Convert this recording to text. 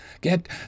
get